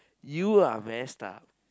you are messed up